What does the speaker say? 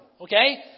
Okay